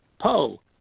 Poe